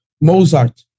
mozart